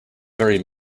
very